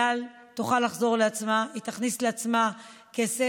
אל על תוכל לחזור לעצמה והיא תכניס לעצמה כסף.